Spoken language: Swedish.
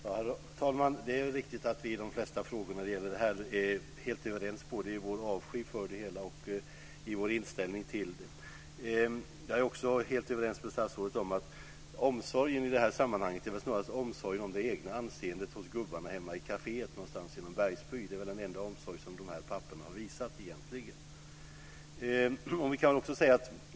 Herr talman! Det är riktigt att vi i de flesta frågor som gäller detta är helt överens både i vår avsky för det och vår inställning till det. Jag är också helt överens med statsrådet om att omsorgen i det här sammanhanget snarast är omsorgen om det egna anseendet hos gubbarna hemma i kaféet någonstans i en bergsby. Det är väl den enda omsorg som de här papporna har visat.